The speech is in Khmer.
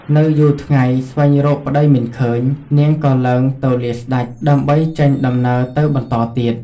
នៅយូរថ្ងៃស្វែងរកប្តីមិនឃើញ នាងក៏ឡើងទៅលាស្តេច ដើម្បីចេញដំណើរទៅបន្តទៀត ។